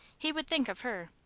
he would think of her.